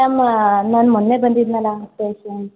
ma'am ನಾನು ಮೊನ್ನೆ ಬಂದಿದ್ದೆನಲ್ಲ ಪೇಶೆಂಟ್